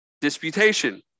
disputation